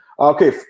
Okay